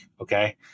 Okay